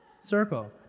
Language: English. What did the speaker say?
circle